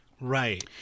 Right